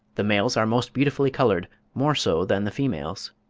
the males are most beautifully coloured, more so than the females.